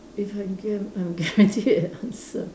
if I get I'm guaranteed an answer